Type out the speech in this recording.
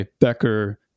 Becker